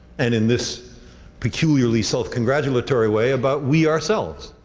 and in this peculiarly self-congratulatory way, about we ourselves.